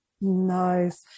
Nice